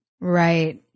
Right